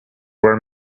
were